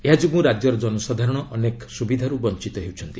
ଏହାଯୋଗୁଁ ରାଜ୍ୟର ଜନସାଧାରଣ ଅନେକ ସୁବିଧାରୁ ବଞ୍ଚିତ ହେଉଛନ୍ତି